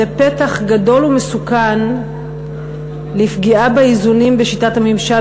זה פתח גדול ומסוכן לפגיעה באיזונים בשיטת הממשל